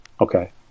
Okay